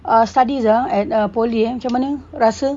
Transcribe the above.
uh studies ah at poly ah macam mana rasa